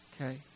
Okay